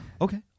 Okay